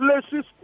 places